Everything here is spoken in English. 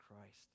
Christ